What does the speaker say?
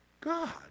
God